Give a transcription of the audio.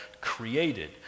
created